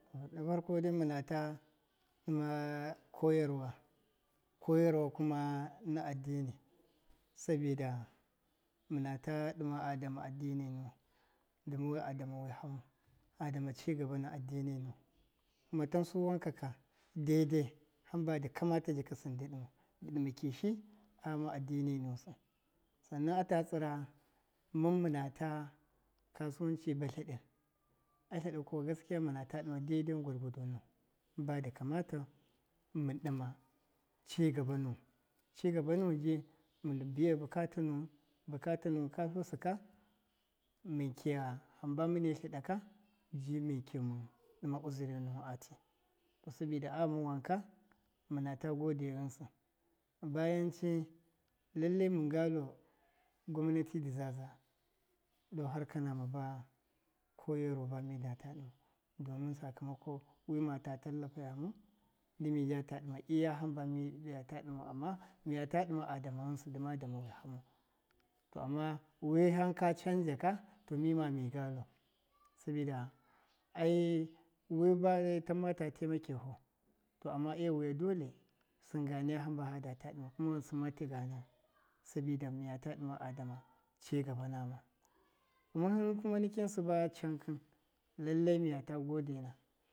Na farko dai mina dima koyarwa, koyarwa kuma na addini sabida mina ta dima a dama addini nuwin dima we a dama wihammu, a dama cigaba ma addini nuwin kuma tansu. Wankaka dede hamba di kamata kika sin di dimau di dima kishi aghama addini musi, sannan ata tsira min mimata kasuwanci bat la di, atladi kuwa gaskiya mina dima dede gwargwa nuwim badi kamatau min dima cigaba nuwin, cigaba nuwin di min biya bukata nuwin, bukata nuwin ka tlusi ka min kiya hamba min dima usiri nuwin ati to sabida a gharma wanka minata gode. Ghinsi bayanci lalle min galu gwamnati di zaza de harka mama ba koyarwa bami data di mau domin sakamako wi mata talafa yamau ndi mi jata dima iya hamba ni data dimau ama nia ta dima dama ghinsi dima dama wi hawmu to ama ta taimakefu to ewa dole sin ga naya hamba fa data dimau kuma ghinsi ma tiga ta mayau sabida miyata dima a dama cigaba nama, min min kuma nikin siba cankin lalle miyata gode na.